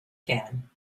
can